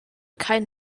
kein